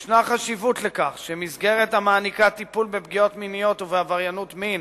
יש חשיבות לכך שמסגרת המעניקה טיפול בפגיעות מיניות ובעבריינות מין